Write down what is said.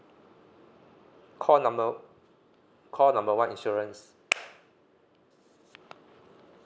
call number call number one insurance